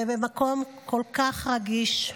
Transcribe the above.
ובמקום כל כך רגיש,